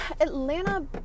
Atlanta